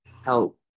help